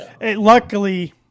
Luckily